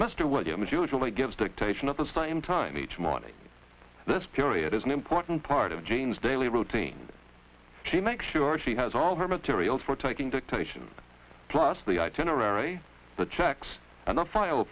mr williams usually gives dictation at the same time each morning this period is an important part of jean's daily routine to make sure she has all her materials for taking dictation plus the itinerary the checks and the file